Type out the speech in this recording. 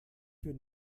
für